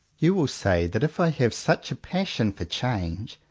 you will say that if i have such a passion for change,